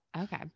Okay